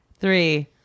three